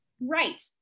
right